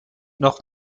noch